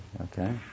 okay